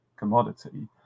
commodity